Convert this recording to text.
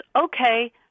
okay